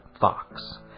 Fox